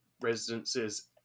residences